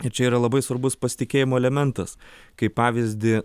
ir čia yra labai svarbus pasitikėjimo elementas kaip pavyzdį